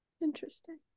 interesting